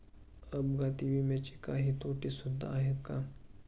अपघाती विम्याचे काही तोटे सुद्धा आहेत का?